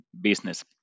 business